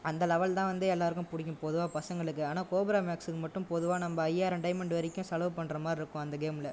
அந்த லெவல் தான் வந்து எல்லாருக்கும் பிடிக்கும் பொதுவாக பசங்களுக்கு ஆனால் கோப்ரா மேக்ஸ் மட்டும் பொதுவாக நம்ம ஐயாயிரம் டைமண்ட் வரைக்கும் செலவு பண்ற மாதிரி இருக்கும் அந்த கேமில்